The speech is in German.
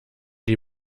die